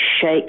shake